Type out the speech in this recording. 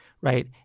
right